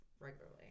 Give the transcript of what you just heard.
Regularly